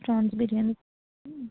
prawns biryani